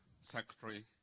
secretary